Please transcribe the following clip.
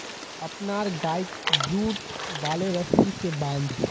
अपनार गइक जुट वाले रस्सी स बांध